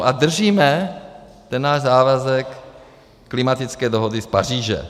A držíme ten náš závazek klimatické dohody z Paříže.